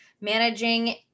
managing